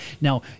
Now